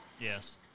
Yes